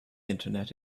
internet